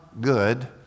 good